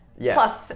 plus